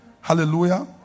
Hallelujah